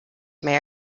may